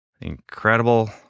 Incredible